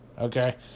Okay